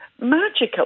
magical